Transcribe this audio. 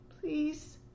Please